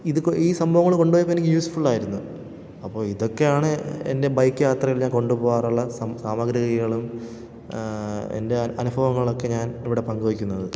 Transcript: ഇത് ഈ സംഭവങ്ങൾ കൊണ്ടുപോയപ്പോൾ എനിക്ക് യൂസ് ഫുള്ളായിരുന്നു അപ്പോൾ ഇതൊക്കെയാണ് എൻ്റെ ബൈക്ക് യാത്രയിൽ ഞാൻ കൊണ്ടുപോകാറുള്ള സാമഗ്രികളും എൻ്റെ അനുഭവങ്ങളൊക്കെ ഞാൻ ഇവിടെ പങ്കു വെക്കുന്നത്